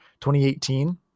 2018